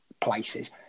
places